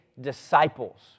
disciples